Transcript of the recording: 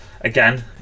again